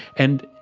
and,